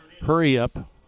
hurry-up